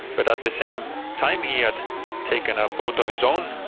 but at the same time he had taken a boat of his own,